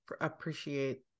appreciate